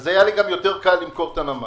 היה לי יותר קל למכור את הנמל.